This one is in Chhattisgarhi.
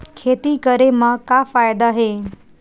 खेती करे म का फ़ायदा हे?